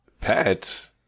Pet